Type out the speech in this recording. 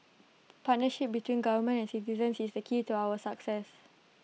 partnership between government and citizens is key to our success